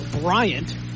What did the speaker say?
Bryant